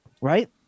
right